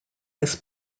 this